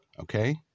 okay